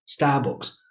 Starbucks